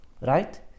right